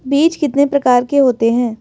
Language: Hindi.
बीज कितने प्रकार के होते हैं?